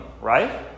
right